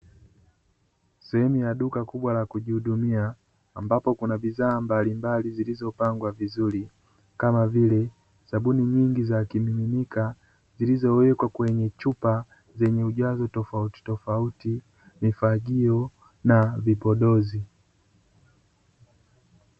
Sehemu ya duka kubwa la kujihudumia ambapo kuna bidhaa mbalimbali zilizopangwa vizuri kama vile sabuni nyingi za kimiminika zilizo wekwa kwenye chupa zenye ujazo tofautitofauti mifagio na vipodozi.